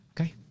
Okay